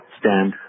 stand